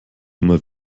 immer